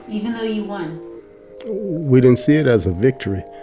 even though you won we didn't see it as a victory.